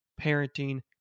parenting